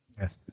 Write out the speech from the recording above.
Yes